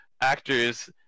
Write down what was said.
actors